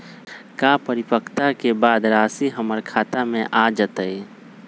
का परिपक्वता के बाद राशि हमर खाता में आ जतई?